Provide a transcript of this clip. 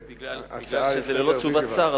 מכיוון שזה ללא תשובת שר,